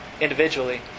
individually